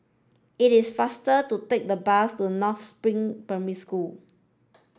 it is faster to take the bus to North Spring Primary School